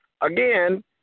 again